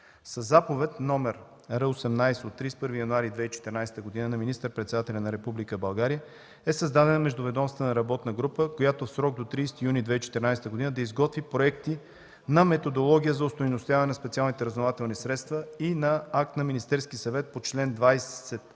Със заповед № Р-18 от 31 януари 2014 г. на министър-председателя на Република България е създадена Междуведомствена работна група, която в срок до 30 юни 2014 г. да изготви проекти на методология за остойностяване на специалните разузнавателни средства и на акт на Министерския съвет по чл.